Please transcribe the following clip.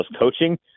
coaching